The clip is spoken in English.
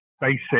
basic